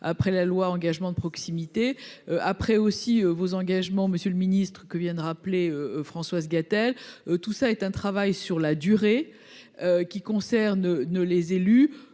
après la loi, engagement de proximité après aussi vos engagements, Monsieur le Ministre, que viennent rappeler Françoise Gatel tout ça est un travail sur la durée qui concerne ne les élus,